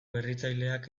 berritzaileak